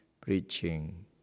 preaching